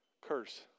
curse